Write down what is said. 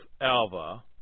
Alva